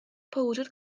powdr